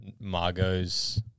margot's